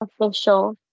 official